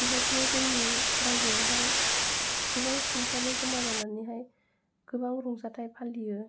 बेबायदिनो जोंनि रायजोआवहाय गोबां सुबुंफ्रानो जमा जानानैहाय गोबां रंजाथाय फालियो